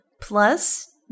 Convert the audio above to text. plus